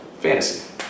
Fantasy